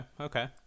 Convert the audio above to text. okay